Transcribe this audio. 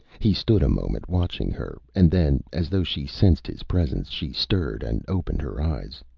he stood a moment, watching her, and then, as though she sensed his presence, she stirred and opened her eyes.